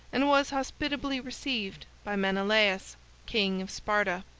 and was hospitably received by menelaus, king of sparta.